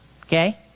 okay